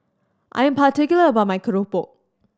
I am particular about my keropok